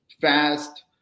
fast